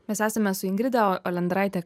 mes esame su ingrida olendraite